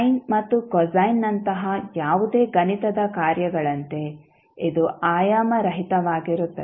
sign ಮತ್ತು cosine ನಂತಹ ಯಾವುದೇ ಗಣಿತದ ಕಾರ್ಯಗಳಂತೆ ಇದು ಆಯಾಮರಹಿತವಾಗಿರುತ್ತದೆ